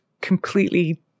completely